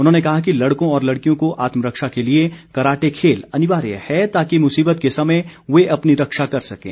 उन्होंने कहा कि लड़कों और लड़कियों को आत्मरक्षा के लिए कराटे खेल अनिवार्य है ताकि मुसीबत के समय वे अपनी रक्षा कर सकें